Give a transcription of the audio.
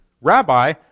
Rabbi